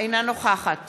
אינה נוכחת